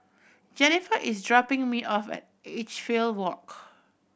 Jennifer is dropping me off at Edgefield Walk